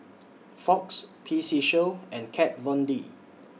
Fox P C Show and Kat Von D